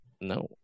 no